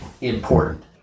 important